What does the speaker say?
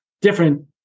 different